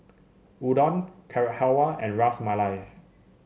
Udon Carrot Halwa and Ras Malai